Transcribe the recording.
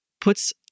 puts